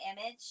image